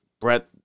Brett